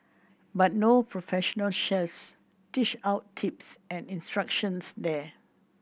but no professional chefs dish out tips and instructions there